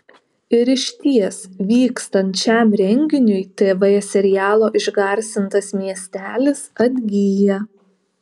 ir išties vykstant šiam renginiui tv serialo išgarsintas miestelis atgyja